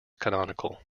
canonical